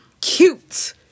cute